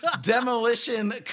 Demolition